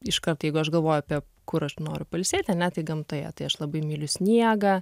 iškart jeigu aš galvoju apie kur aš noriu pailsėti ne tik gamtoje tai aš labai myliu sniegą